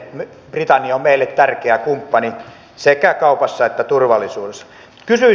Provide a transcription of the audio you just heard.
edelleen britannia on meille tärkeä kumppani sekä kaupassa että turvallisuudessa